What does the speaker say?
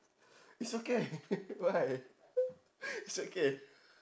it's okay why it's okay